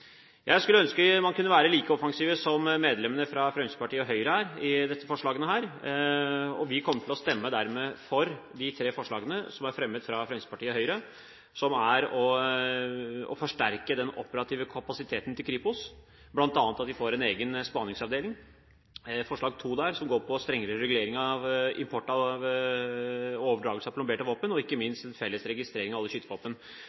Jeg skulle ønske man kunne være like offensiv som medlemmene fra Fremskrittspartiet og Høyre i deres forslag her. Vi kommer til å stemme for de tre forslagene som er fremmet av Fremskrittspartiet og Høyre. Det første går på å forsterke den operative kapasiteten til Kripos, bl.a. ved at de får egen spaningsavdeling. Forslag nr. 2 går på strengere regulering av import og overdragelse av plomberte våpen, og